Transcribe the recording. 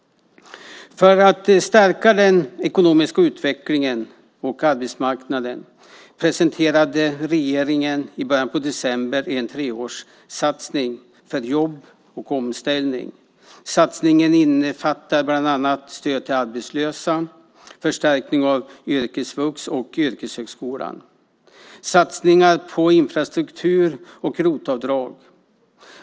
För att stärka den ekonomiska utvecklingen och arbetsmarknaden presenterade regeringen i början på december en treårssatsning för jobb och omställning. Satsningen innefattar bland annat stöd till arbetslösa, förstärkning av yrkesvux och yrkeshögskolan och satsningar på infrastruktur och ROT-avdrag.